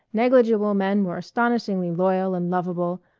negligible men were astonishingly loyal and lovable,